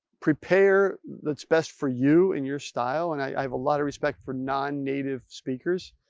prepare, that's best for you and your style and i have a lot of respect for non-native speakers.